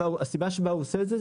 הסיבה שהוא עושה את זה,